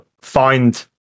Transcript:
find